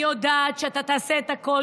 אני יודעת שאתה תעשה את הכול,